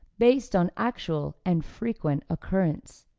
based on actual and frequent occurrence.